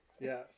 Yes